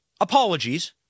apologies